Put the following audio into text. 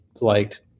liked